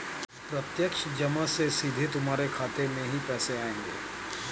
प्रत्यक्ष जमा से सीधा तुम्हारे खाते में ही पैसे आएंगे